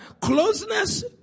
closeness